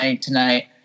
tonight